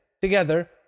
Together